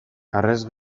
harrez